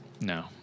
No